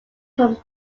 from